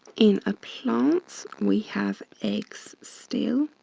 in a plant, we have eggs still.